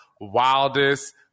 wildest